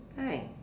right